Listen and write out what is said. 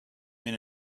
men